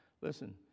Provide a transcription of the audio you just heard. Listen